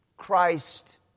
Christ